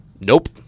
Nope